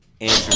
Andrew